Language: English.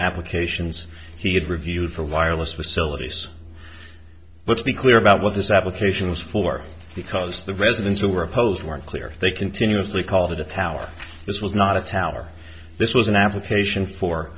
applications he had reviewed for wireless facilities but to be clear about what this application was for because the residents who were opposed weren't clear they continuously called it a tower this was not a tower this was an application for